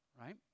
Right